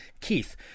Keith